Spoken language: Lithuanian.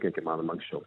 kiek įmanoma anksčiau